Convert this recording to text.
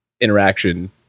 interaction